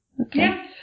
okay